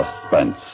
Suspense